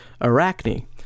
Arachne